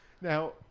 Now